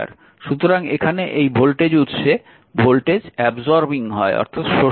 সুতরাং এখানে এই ভোল্টেজ উৎসে ভোল্টেজ শোষণ হয়